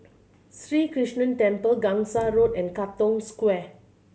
Sri Krishnan Temple Gangsa Road and Katong Square